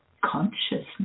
consciousness